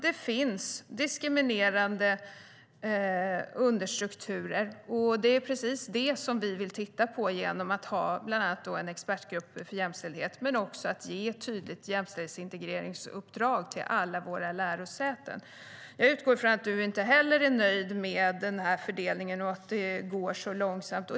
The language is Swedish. Det finns diskriminerande understrukturer. Det är precis det vi vill titta på genom att bland annat ha en expertgrupp för jämställdhet men också ge ett tydligt jämställdhetsintegreringsuppdrag till alla våra lärosäten. Jag utgår från att inte heller du, Ida Drougge, är nöjd med fördelningen och med att det går så långsamt.